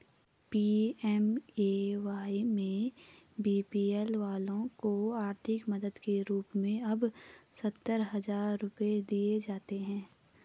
PMAY में BPL वालों को आर्थिक मदद के रूप में अब सत्तर हजार रुपये दिए जाते हैं